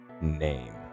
name